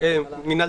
מינהל